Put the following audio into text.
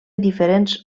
diferents